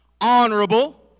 honorable